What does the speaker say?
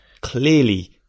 clearly